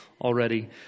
already